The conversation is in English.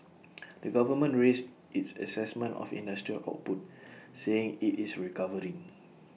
the government raised its Assessment of industrial output saying IT is recovering